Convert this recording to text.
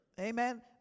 Amen